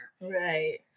Right